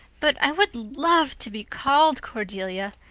but i would love to be called cordelia.